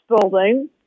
building